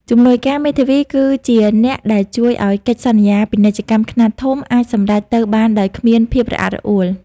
ជំនួយការមេធាវីគឺជាអ្នកដែលជួយឱ្យកិច្ចសន្យាពាណិជ្ជកម្មខ្នាតធំអាចសម្រេចទៅបានដោយគ្មានភាពរអាក់រអួល។